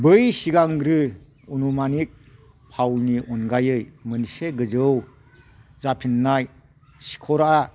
बै सिगांग्रो अनुमानिक फावनि अनगायै मोनसे गोजौ जाफिननाय सिकरा